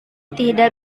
tidak